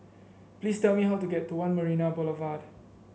please tell me how to get to One Marina Boulevard